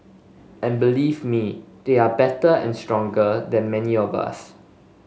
and believe me they are better and stronger than many of us